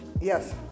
Yes